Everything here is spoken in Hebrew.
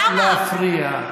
למה?